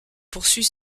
poursuit